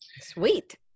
sweet